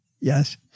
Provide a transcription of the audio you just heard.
Yes